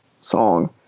song